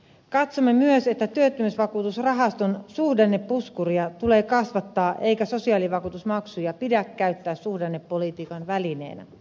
katsomme myös että työttömyysvakuutusrahaston suhdannepuskuria tulee kasvattaa eikä sosiaalivakuutusmaksuja pidä käyttää suhdannepolitiikan välineenä